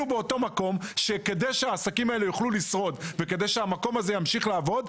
באותו מקום שכדי שהעסקים האלה יוכלו לשרוד וכדי שהמקום הזה ימשיך לעבוד,